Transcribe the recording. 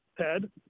Ted